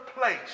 place